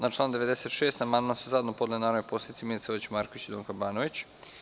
Na član 96. amandman su zajedno podnele narodni poslanici Milica Vojić Marković i Donka Banović.